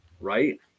right